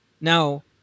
Now